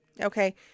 Okay